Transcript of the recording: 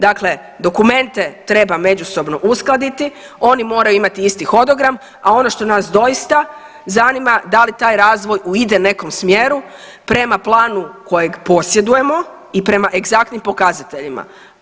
Dakle, dokumente treba međusobno uskladiti, oni moraju imati isti hodogram, a ono što nas doista zanima da li taj razvoj ide u nekom smjeru prema planu kojeg posjedujemo i prema egzaktnim pokazateljima.